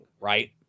right